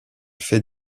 fait